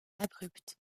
abrupte